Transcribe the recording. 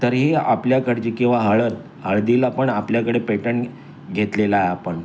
तरीही आपल्याकडची किंवा हळद हळदीला पण आपल्याकडे पेटंट घेतलेला आहे आपण